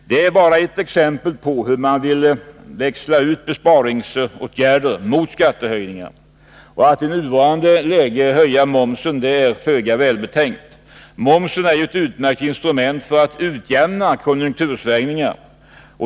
Det är bara ett exempel på hur man vill växla ut besparingsåtgärder mot skattehöjningar. Att i nuvarande läge höja momsen är föga välbetänkt. Momsen är ett utmärkt instrument för att utjämna konjunktursvängningar.